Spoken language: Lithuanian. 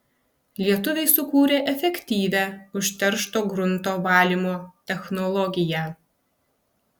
lietuviai sukūrė efektyvią užteršto grunto valymo technologiją